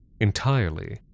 entirely